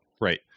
Right